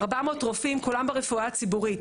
כולם ברפואה הציבורית.